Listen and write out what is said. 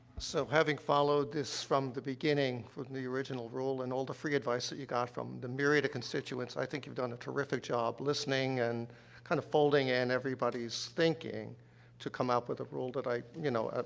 so, having followed this from the beginning, from the original rule and all the free advice that you got from the myriad of constituents, i think you've done a terrific terrific job listening and kind of folding in everybody's thinking to come out with a rule that i you know, ah,